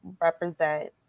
Represent